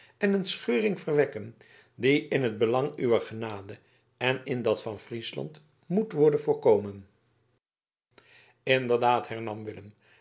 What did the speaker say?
en een scheuring verwekken die in het belang uwer genade en in dat van friesland moet worden voorkomen inderdaad hernam willem